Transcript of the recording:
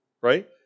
Right